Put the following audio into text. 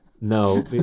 No